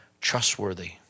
trustworthy